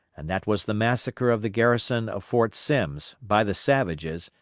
and that was the massacre of the garrison of fort sims, by the savages,